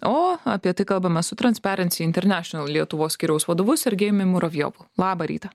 o apie tai kalbame su transparency international lietuvos skyriaus vadovu sergejumi muravjovu labą rytą